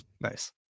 nice